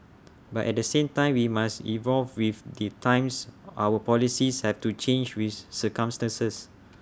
but at the same time we must evolve with the times our policies have to change with circumstances